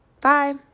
Bye